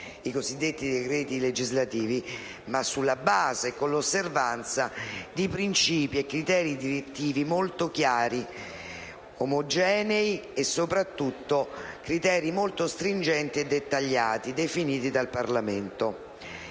i cosiddetti decreti legislativi, ma sulla base e con l'osservanza di «principi e criteri direttivi» molto chiari e omogenei e soprattutto molto stringenti e dettagliati, definiti dal Parlamento.